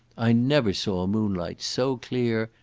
i never saw moonlight so clear,